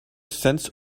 sense